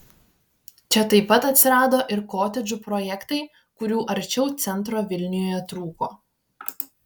čia taip pat atsirado ir kotedžų projektai kurių arčiau centro vilniuje trūko